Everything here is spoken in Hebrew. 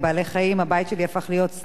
הבית שלי הפך להיות סניף של,